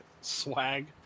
swag